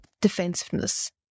Defensiveness